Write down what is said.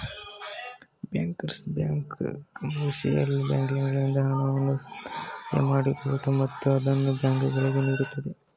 bankers bank commercial ಬ್ಯಾಂಕ್ಗಳಿಂದ ಹಣವನ್ನು ಸಂದಾಯ ಮಾಡಿಕೊಳ್ಳುತ್ತದೆ ಮತ್ತು ಅದನ್ನು ಬ್ಯಾಂಕುಗಳಿಗೆ ನೀಡುತ್ತದೆ